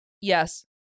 yes